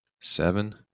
seven